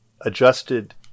adjusted